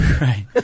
Right